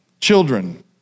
Children